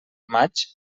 maig